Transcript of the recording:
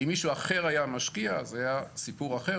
אם מישהו אחר היה משקיע, אז זה היה סיפור אחר.